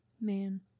man